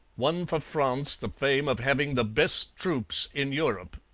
won for france the fame of having the best troops in europe.